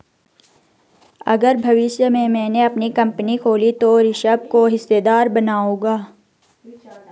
अगर भविष्य में मैने अपनी कंपनी खोली तो ऋषभ को हिस्सेदार बनाऊंगा